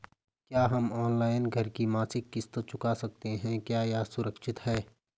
क्या हम ऑनलाइन घर की मासिक किश्त चुका सकते हैं क्या यह सुरक्षित है?